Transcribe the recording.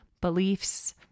beliefs